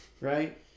right